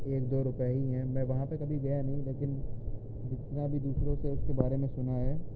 ایک دو روپئے ہی ہیں میں وہاں پہ کبھی گیا نہیں لیکن جتنا بھی دوسروں سے اس کے بارے میں سنا ہے